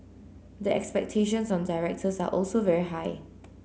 the expectations on directors are also very high